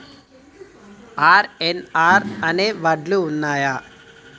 RNR అనే వడ్లు ఉన్నయా?